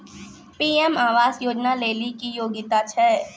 PM आवास योजना लेली की योग्यता छै?